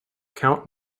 count